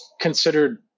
considered